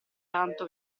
tanto